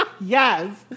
Yes